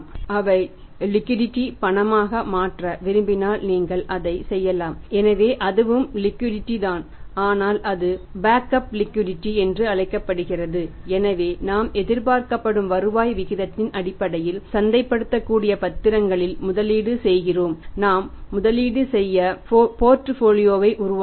அவை லிக்விடிடீ வை உருவாக்குவோம்